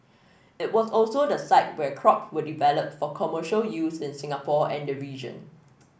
it was also the site where crop were developed for commercial use in Singapore and the region